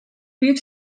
büyük